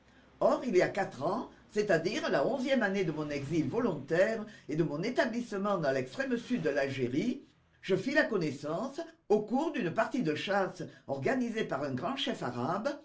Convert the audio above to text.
or il y a quatre ans c'est-à-dire la onzième année de mon exil volontaire et de mon établissement dans lextrême sud de l'algérie je fis la connaissance au cours d'une partie de chasse organisée par un grand chef arabe